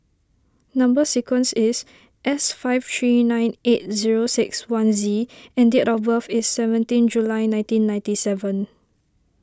Number Sequence is S five three nine eight zero six one Z and date of birth is seventeen July nineteen ninety seven